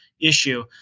issue